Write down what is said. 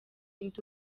ndi